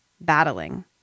battling